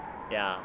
ya